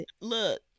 look